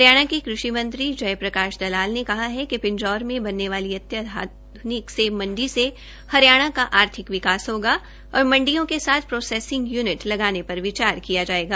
हरियाणा के कृषि मंत्री जय प्रकाश दलाल ने कहा है कि पिंजौर में बनने वाली आध्निक सेब मंडी से हरियाणा का आर्थिक विकास होगा मंडियों के साथ प्रोसेसिंग युनिट लगाने पर विचार किया जायेगा